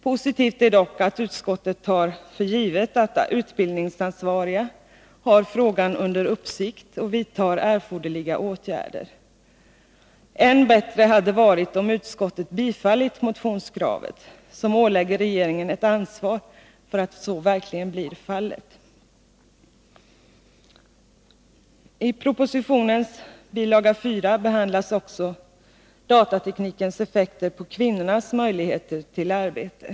Det är dock positivt att utskottet tar för givet att de utbildningsansvariga har frågan under uppsikt och vidtar erforderliga åtgärder. Än bättre hade det varit om utskottet tillstyrkt motionskravet och därmed ålagt regeringen ett ansvar för att så verkligen blir fallet. I propositionens bil. 4 behandlas också datateknikens effekter på kvinnornas möjligheter till arbete.